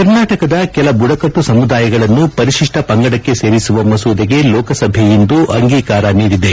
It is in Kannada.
ಕರ್ನಾಟಕದ ಕೆಲ ಬುಡಕಟ್ಟು ಸಮುದಾಯಗಳನ್ನು ಪರಿತಿಷ್ಟ ಪಂಗಡಕ್ಕೆ ಸೇರಿಸುವ ಮಸೂದೆಗೆ ಲೋಕಸಭೆ ಇಂದು ಅಂಗೀಕಾರ ನೀಡಿದೆ